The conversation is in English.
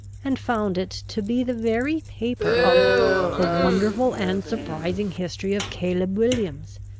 and found it to be the very paper of the wonderful and surprising history of caleb williams,